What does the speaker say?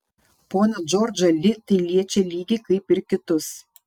poną džordžą li tai liečia lygiai kaip ir kitus